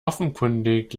offenkundig